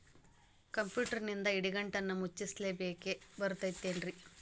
ಕಂಪ್ಯೂಟರ್ನಿಂದ್ ಇಡಿಗಂಟನ್ನ ಮುಚ್ಚಸ್ಲಿಕ್ಕೆ ಬರತೈತೇನ್ರೇ?